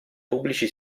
pubblici